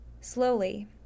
Slowly